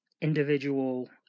individual